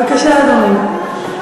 בבקשה, אדוני.